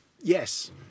yes